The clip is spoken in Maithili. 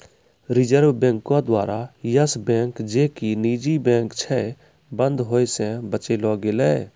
रिजर्व बैंको द्वारा यस बैंक जे कि निजी बैंक छै, बंद होय से बचैलो गेलै